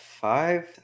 five